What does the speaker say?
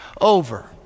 over